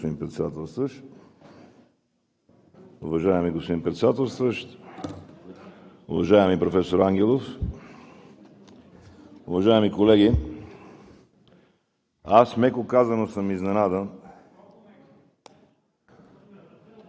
Аз, меко казано, съм изненадан…